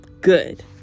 good